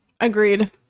agreed